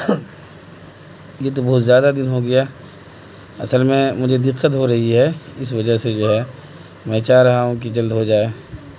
یہ تو بہت زیادہ دن ہو گیا اصل میں مجھے دقت ہو رہی ہے اس وجہ سے جو ہے میں چاہ رہا ہوں کہ جلد ہو جائے